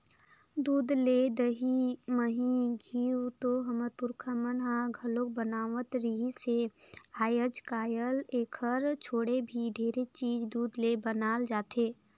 दूद ले दही, मही, घींव तो हमर पूरखा मन ह घलोक बनावत रिहिस हे, आयज कायल एखर छोड़े भी ढेरे चीज दूद ले बनाल जाथे